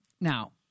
now